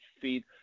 feed